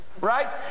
Right